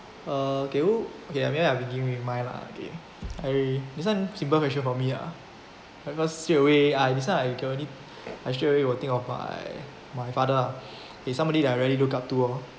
uh okay who okay I mean I already have in mind lah I okay this one simple question for me ah I got straight away I decide I can only I straight away will think of my my father ah okay somebody that I really look up to oh